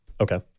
Okay